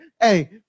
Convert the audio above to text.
Hey